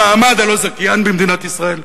המעמד הלא-זכיין במדינת ישראל,